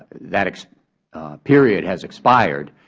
that period has expired,